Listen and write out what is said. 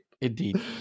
indeed